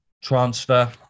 transfer